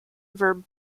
verb